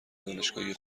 دانشگاهی